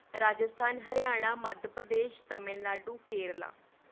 Rajasthan Haryana Madhya Pradesh Tamil Nadu Kerala